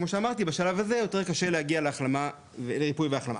כמו שאמרתי בשלב מאוחר יותר קשה להגיע לריפוי והחלמה.